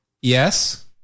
Yes